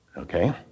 okay